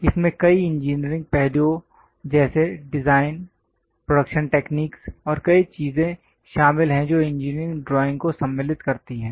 इसमें कई इंजीनियरिंग पहलुओं जैसे डिजाइन प्रोडक्शन टेक्निक्स और कई चीजें शामिल हैं जो इंजीनियरिंग ड्राइंग को सम्मिलित करती हैं